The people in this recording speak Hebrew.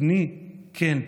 בני כן.